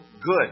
good